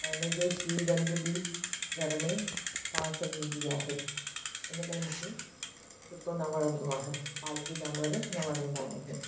ऐं उन जो छी गंद बि घर में बांस ॾींदी आहे हिन करे मूंखे कुतो न वणंदो आहे पालतू जानवर न वणंदा आहिनि